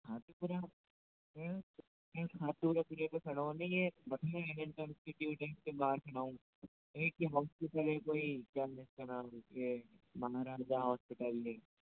खातीपुरा पर खड़ा हूँ नहीं यह के बाहर खड़ा हूँ एक यह हॉस्पिटल है कोई क्या है इसका नाम ये महाराजा हॉस्पिटल